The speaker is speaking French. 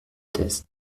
test